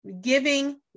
giving